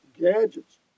gadgets